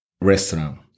restaurant